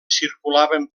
circulaven